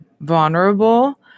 vulnerable